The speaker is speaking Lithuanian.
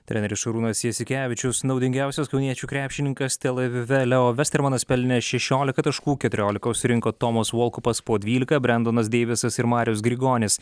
treneris šarūnas jasikevičius naudingiausias kauniečių krepšininkas tel avive leo vestermanas pelnė šešiolika taškų keturiolika surinko tomas volkupas po dvylika brendonas deivisas ir marius grigonis